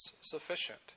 sufficient